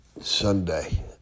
Sunday